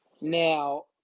Now